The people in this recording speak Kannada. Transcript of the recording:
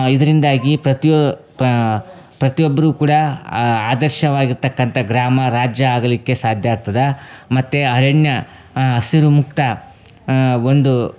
ಇದ್ರಿಂದಾಗಿ ಪ್ರತಿಯೋ ಪ್ರತಿಯೊಬ್ಬರು ಕೂಡ ಆದರ್ಶವಾಗಿರ್ತಕ್ಕಂಥ ಗ್ರಾಮ ರಾಜ್ಯ ಆಗಲಿಕ್ಕೆ ಸಾಧ್ಯ ಆಗ್ತದ ಮತ್ತು ಅರಣ್ಯ ಹಸಿರು ಮುಕ್ತ ಒಂದು